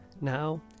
now